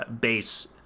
base